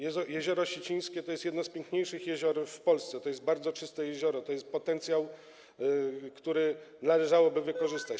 Jezioro Sicińskie to jest jedno z piękniejszych jezior w Polsce, to jest bardzo czyste jezioro, to jest potencjał, który należałoby wykorzystać.